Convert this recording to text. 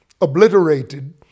obliterated